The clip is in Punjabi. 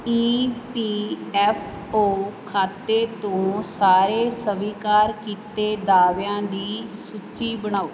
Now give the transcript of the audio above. ਈ ਪੀ ਐੱਫ ਓ ਖਾਤੇ ਤੋਂ ਸਾਰੇ ਸਵੀਕਾਰ ਕੀਤੇ ਦਾਅਵਿਆਂ ਦੀ ਸੂਚੀ ਬਣਾਓ